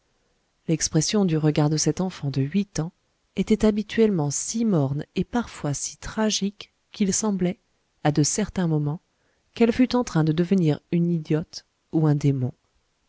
l'expression du regard de cette enfant de huit ans était habituellement si morne et parfois si tragique qu'il semblait à de certains moments qu'elle fût en train de devenir une idiote ou un démon